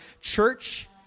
church